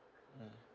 mm